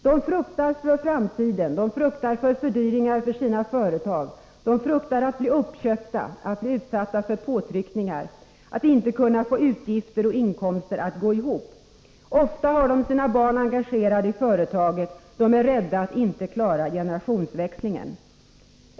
De fruktar för framtiden, för fördyringar för sina företag, att bli uppköpta, att bli utsatta för påtryckningar, att inte kunna få utgifter och inkomster att gå ihop. Ofta har de sina barn engagerade i företaget, och de är rädda att inte klara generationsväxlingen.